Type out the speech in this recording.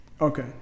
Okay